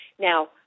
now